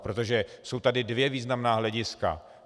Protože jsou tady dvě významná hlediska.